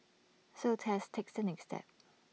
so Tess takes the next step